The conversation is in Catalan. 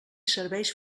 serveis